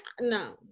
No